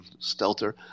Stelter